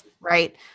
right